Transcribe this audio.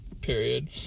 period